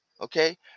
okay